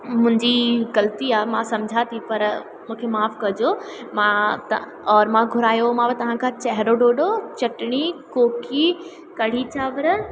मुंहिंजी ग़लती आहे मां सम्झा थी पर मूंखे माफ़ कजो मां त और मां घुरायोमाव तव्हांखां चहरो डोडो चटणी कोकी कढ़ी चांवर